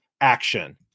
action